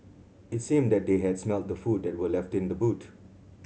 it seemed that they had smelt the food that were left in the boot